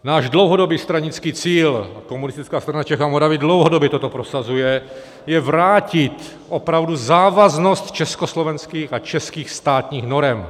Náš dlouhodobý stranický cíl, Komunistická strana Čech a Moravy dlouhodobě toto prosazuje, je vrátit opravdu závaznost československých a českých státních norem.